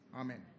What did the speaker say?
Amen